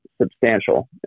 substantial